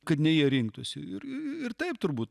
kad ne jie rinktųsi ir ir taip turbūt